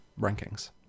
rankings